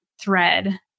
thread